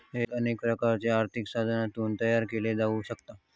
hedge अनेक प्रकारच्यो आर्थिक साधनांतून तयार केला जाऊ शकता